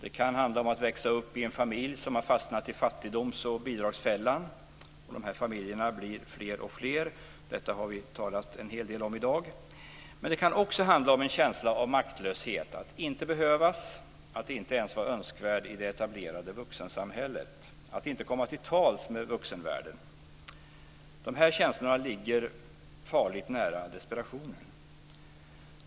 Det kan handla om att växa upp i en familj som har fastnat i fattigdoms och bidragsfällan. Dessa familjer blir fler och fler. Det har vi talat om en hel del i dag. Men det kan också handla om en känsla av maktlöshet; att inte behövas, att inte ens vara önskvärd i det etablerade vuxensamhället - att inte komma till tals med vuxenvärlden. Dessa känslor ligger farligt nära desperationen.